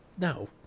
no